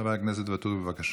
חבר הכנסת ואטורי, בבקשה.